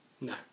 No